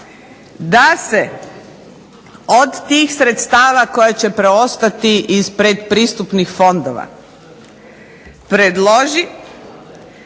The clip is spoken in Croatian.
da se od tih sredstava koja će preostati iz pretpristupnih fondova predloži